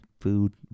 Food